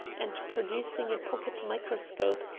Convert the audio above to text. and, producing a pocket-microscope,